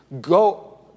Go